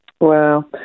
Wow